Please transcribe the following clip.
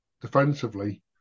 defensively